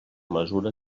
mesura